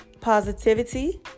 positivity